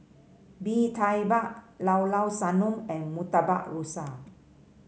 Bee Tai Mak Llao Llao Sanum and Murtabak Rusa